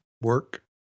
work